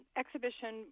exhibition